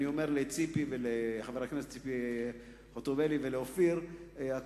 אני אומר לחברת הכנסת ציפי חוטובלי ולחבר הכנסת אופיר אקוניס,